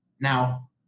now